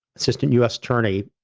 assistant us attorney,